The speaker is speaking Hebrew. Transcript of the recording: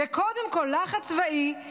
וקודם כול לחץ צבאי,